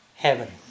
heaven